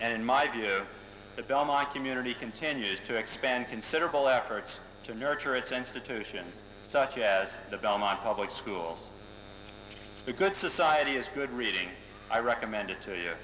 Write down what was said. and in my view the belmont community continues to expand considerable efforts to nurture assented to sion such as the belmont public schools the good society is good reading i recommended to y